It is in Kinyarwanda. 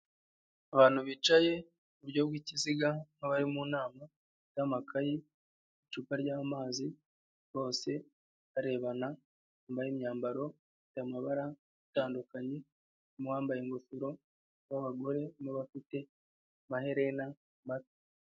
Abantu bicaye iburyo bw'ikiziga nk'abari mu nama y'amakayi icupa ry'amazi bose barebana nyuma y'imyambaro ifite amabara atandukanye harimo uwambaye ingofero harimo n'abagore bafite amaherena ku matwi.